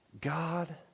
God